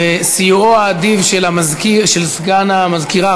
בסיועו האדיב של סגן המזכירה,